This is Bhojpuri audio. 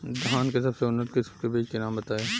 धान के सबसे उन्नत किस्म के बिज के नाम बताई?